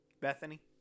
Bethany